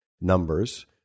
numbers